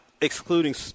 excluding